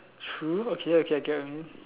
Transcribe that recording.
true okay okay I get what you mean